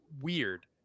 weird